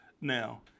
Now